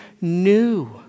new